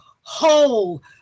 whole